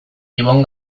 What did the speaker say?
ibon